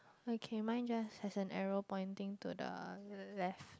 okay mine just has an arrow pointing to the left